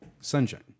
Sunshine